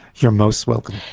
you're most welcome.